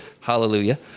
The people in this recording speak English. Hallelujah